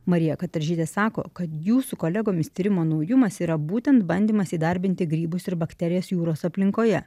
marija kataržytė sako kad jų su kolegomis tyrimo naujumas yra būtent bandymas įdarbinti grybus ir bakterijas jūros aplinkoje